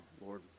Lord